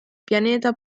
pianeta